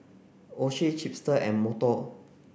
Oishi Chipster and Modot